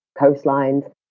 coastlines